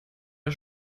der